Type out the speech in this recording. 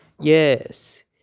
yes